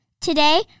Today